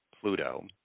Pluto